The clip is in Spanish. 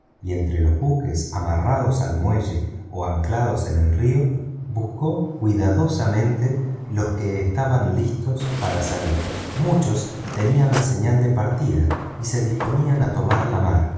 y entre los buques amarrados al muelle o anclados en el río buscó cuidadosamente los que estaban listos para salir muchos tenían la señal de partida y se disponían a tomar la mar